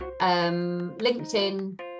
linkedin